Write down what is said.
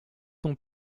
ton